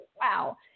wow